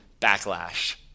backlash